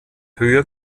höher